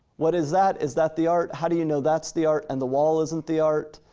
what is that, is that the art? how do you know that's the art and the wall isn't the art?